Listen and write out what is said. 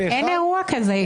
אין אירוע כזה.